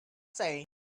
say